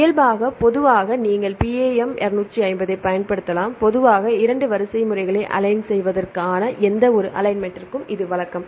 இயல்பாக பொதுவாக நீங்கள் PAM 250 ஐப் பயன்படுத்தலாம் பொதுவாக 2 வரிசைகளை அலைன் செய்வதற்கான எந்தவொரு அலைன்மென்ட்டிற்கும் இது வழக்கம்